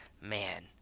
man